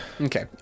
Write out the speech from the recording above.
okay